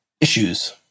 issues